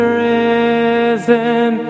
risen